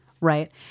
Right